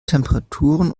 temperaturen